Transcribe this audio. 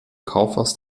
kaufhaus